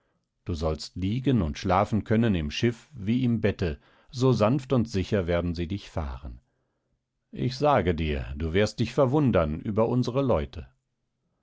du sollst liegen und schlafen können im schiff wie im bette so sanft und sicher werden sie dich fahren ich sage dir du wirst dich verwundern über unsere leute